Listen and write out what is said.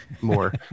more